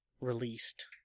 released